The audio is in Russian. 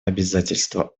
обязательства